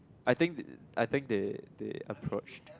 I think th~ I think they they approached